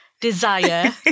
desire